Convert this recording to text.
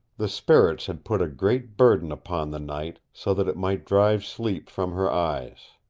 the spirits had put a great burden upon the night so that it might drive sleep from her eyes.